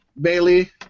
Bailey